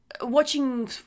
watching